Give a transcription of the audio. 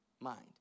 mind